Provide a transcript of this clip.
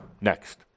Next